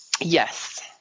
Yes